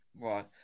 Right